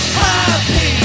happy